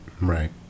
Right